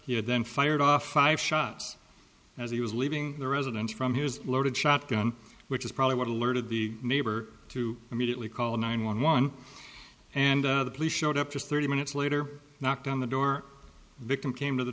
he had then fired off five shots as he was leaving the residence from his loaded shotgun which is probably what alerted the neighbor to immediately call nine one one and the police showed up just thirty minutes later knocked on the door victim came to the